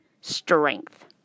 strength